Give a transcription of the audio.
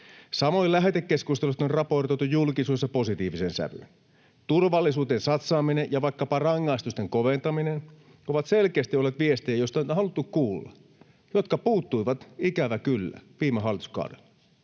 Samoin lähetekeskustelusta on raportoitu julkisuudessa positiiviseen sävyyn. Turvallisuuteen satsaaminen ja vaikkapa rangaistusten koventaminen ovat selkeästi olleet viestejä, joista on haluttu kuulla ja jotka puuttuivat, ikävä kyllä, viime hallituskaudella.